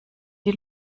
die